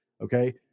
okay